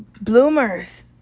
bloomers